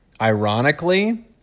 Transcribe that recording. ironically